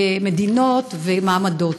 ומדינות ומעמדות.